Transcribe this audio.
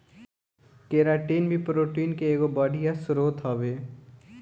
keratin भी protein के एगो बढ़िया स्रोत हवे